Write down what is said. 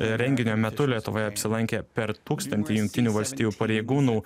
renginio metu lietuvoje apsilankė per tūkstantį jungtinių valstijų pareigūnų